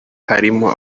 harimo